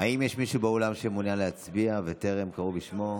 האם יש מישהו באולם שמעוניין להצביע וטרם קראו בשמו?